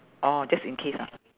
orh just in case ah